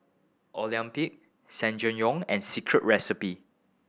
Olympus Ssangyong and Secret Recipe